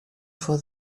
for